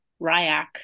Ryak